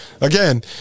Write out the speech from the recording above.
Again